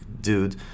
dude